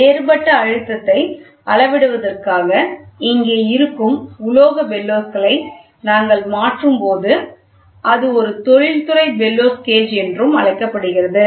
வேறுபட்ட அழுத்தத்தை அளவிடுவதற்காக இங்கே இருக்கும் உலோகத் பெல்லோஸ் களை நாங்கள் மாற்றும்போது அது ஒரு தொழில்துறை பெல்லோஸ் கேஜ் என்றும் அழைக்கப்படுகிறது